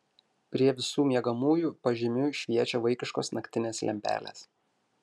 prie visų miegamųjų pažemiui šviečia vaikiškos naktinės lempelės